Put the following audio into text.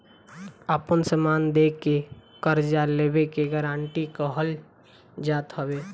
आपन समान दे के कर्जा लेवे के गारंटी कहल जात हवे